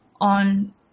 on